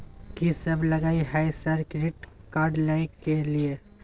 कि सब लगय हय सर क्रेडिट कार्ड लय के लिए?